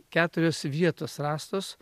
keturios vietos rastos